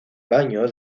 baño